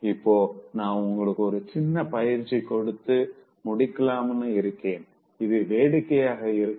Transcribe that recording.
இப்போ நா உங்களுக்கு ஒரு சின்ன பயிற்சி கொடுத்து முடிக்கலாம்னு இருக்கேன் இது வேடிக்கையாக இருக்கும்